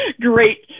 great